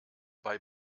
bei